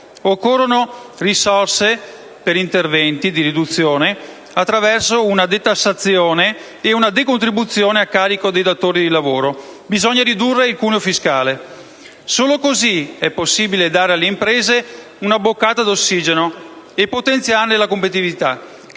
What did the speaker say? occorrono risorse per interventi di riduzione, attraverso una detassazione e una decontribuzione a carico dei datori di lavoro; bisogna ridurre il cuneo fiscale. Solo così sarà possibile dare alle imprese una boccata d'ossigeno e potenziarne la competitività, creando